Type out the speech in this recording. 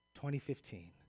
2015